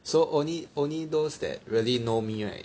so only only those that really know me right